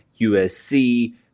USC